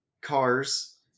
cars